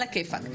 על הכיפק.